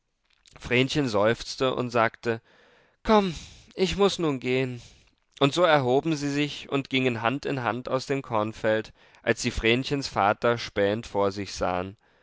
vrenchen seufzte und sagte komm ich muß nun gehen und so erhoben sie sich und gingen hand in hand aus dem kornfeld als sie vrenchens vater spähend vor sich sahen